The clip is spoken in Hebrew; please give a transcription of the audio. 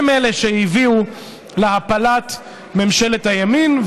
הן שהביאו להפלת ממשלת הימין,